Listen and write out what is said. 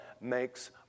makes